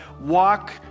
Walk